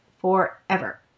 forever